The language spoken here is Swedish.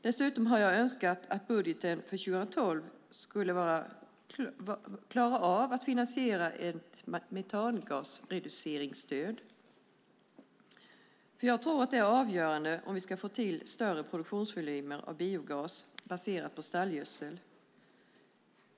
Dessutom hade jag önskat att budgeten för 2012 skulle klara av att finansiera ett metangasreduceringsstöd, vilket jag tror är avgörande om vi ska få till större produktionsvolymer av biogas baserad på stallgödsel.